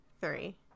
three